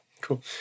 cool